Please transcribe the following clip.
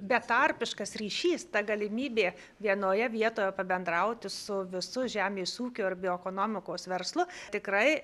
betarpiškas ryšys ta galimybė vienoje vietoje pabendrauti su visu žemės ūkio ir bioekonomikos verslu tikrai